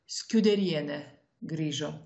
skiuderienė grįžo